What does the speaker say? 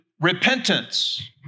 repentance